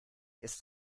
ist